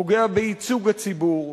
פוגע בייצוג הציבור,